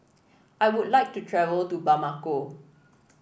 I would like to travel to Bamako